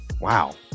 Wow